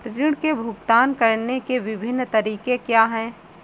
ऋृण के भुगतान करने के विभिन्न तरीके क्या हैं?